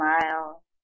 smile